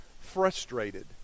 frustrated